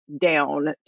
down